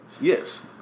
Yes